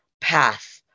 path